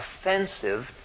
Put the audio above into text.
offensive